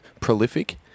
prolific